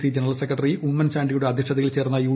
C general secretary Oommen ചാണ്ടിയുടെ അധ്യക്ഷതയിൽ ചേർന്ന യു